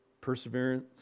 Perseverance